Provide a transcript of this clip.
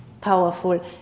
powerful